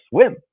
swim